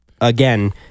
again